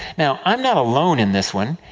now, i am not alone in this one.